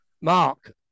Mark